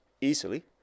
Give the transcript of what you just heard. easily